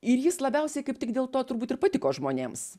ir jis labiausiai kaip tik dėl to turbūt ir patiko žmonėms